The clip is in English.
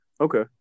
Okay